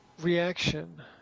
reaction